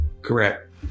Correct